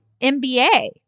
MBA